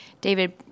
david